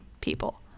people